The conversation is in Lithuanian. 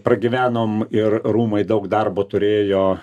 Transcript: pragyvenom ir rūmai daug darbo turėjo